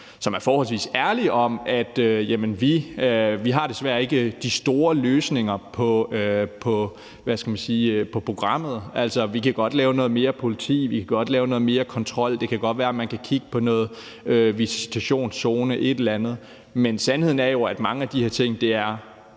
som er forholdsvis ærlig, med hensyn til at de desværre ikke har de store løsninger på programmet. Man kan godt sætte noget mere politi ind, man kan godt lave noget mere kontrol, det kan godt være, man kan kigge på at indføre nogle visitationszoner eller andet, men sandheden er jo, at mange af de her ting